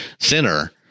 thinner